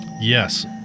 Yes